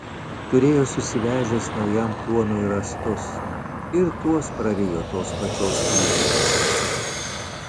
turėjo susivežęs naujam kluonui rąstus ir tuos prarijo tos pačios plytinės nasrai